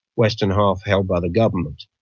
western half held by the government.